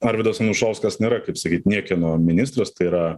arvydas anušauskas nėra kaip sakyt niekieno ministras tai yra